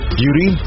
beauty